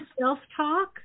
self-talk